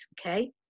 okay